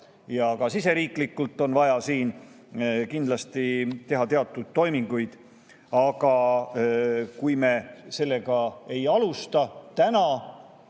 ja ka siseriiklikult on vaja siin kindlasti teha teatud toiminguid. Aga kui me sellega ei alusta täna,